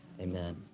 amen